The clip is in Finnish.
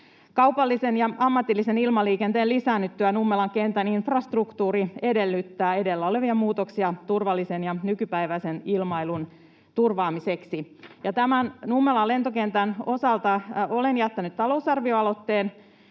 Kaupallisen ja ammatillisen ilmaliikenteen lisäännyttyä Nummelan kentän infrastruktuuri edellyttää edellä olevia muutoksia turvallisen ja nykypäiväisen ilmailun turvaamiseksi. Ja tämän Nummelan lentokentän osalta olen jättänyt talousarvioaloitteen,